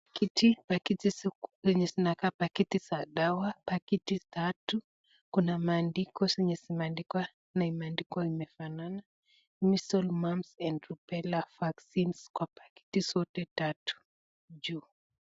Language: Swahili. Pakiti zenye zinakaa pakiti za dawa, pakiti tatu. Kuna maandiko zenye zimeandikwa na imeandikwa imefanana. Measles mumps and rubella vaccine kwa pakiti zote tatu juu.